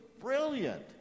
brilliant